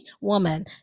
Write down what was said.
woman